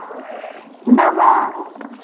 नव